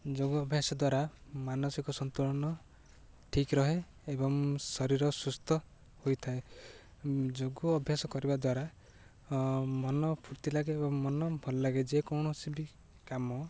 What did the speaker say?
ଯୋଗ ଅଭ୍ୟାସ ଦ୍ୱାରା ମାନସିକ ସନ୍ତୁଳନ ଠିକ୍ ରୁହେ ଏବଂ ଶରୀର ସୁସ୍ଥ ହୋଇଥାଏ ଯୋଗ ଅଭ୍ୟାସ କରିବା ଦ୍ୱାରା ମନ ଫୁର୍ତ୍ତି ଲାଗେ ଏବଂ ମନ ଭଲ ଲାଗେ ଯେକୌଣସି ବି କାମ